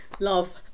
Love